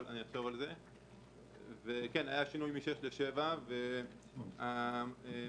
אני נכנס כראש מועצה חדש לאיזה שהוא